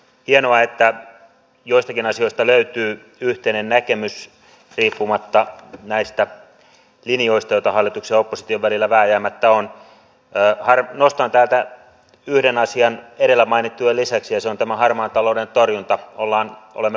hienoa että joistakin asioista löytyy yhteinen näkemys riippumatta näistä linjoista hallitus aukusti välillä vääjäämättä on vähän nosto tältä yhden asian edellä mainittujen lisäksi enson tämän harmaan talouden torjunta jolla olen